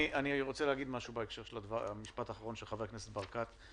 אני רוצה להגיד משהו בהקשר של המשפט האחרון של חבר הכנסת ברקת.